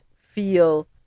feel